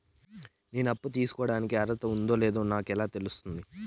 నేను అప్పు తీసుకోడానికి అర్హత ఉందో లేదో నాకు ఎలా తెలుస్తుంది?